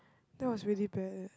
that was really bad eh